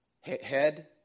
Head